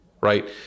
Right